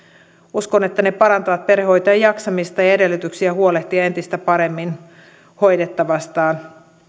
uskon että nämä perhehoitolakiin ehdotetut muutokset parantavat perhehoitajien jaksamista ja edellytyksiä huolehtia entistä paremmin hoidettavastaan